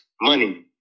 money